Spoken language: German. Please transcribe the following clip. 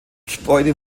gebäude